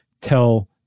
tell